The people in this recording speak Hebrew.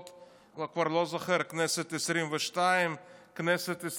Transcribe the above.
אני כבר לא זוכר אם הכנסת העשרים-ושתיים או הכנסת העשרים-ושלוש.